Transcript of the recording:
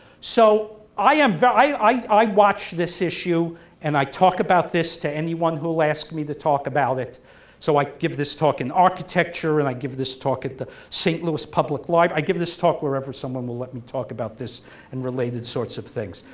so i am very i i watch this issue and i talk about this to anyone who'll ask me to talk about it so i give this talk in architecture and i give this talk at the st. louis public life i give this talk wherever someone will let me talk about this and related sorts of things,